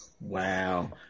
Wow